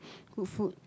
good food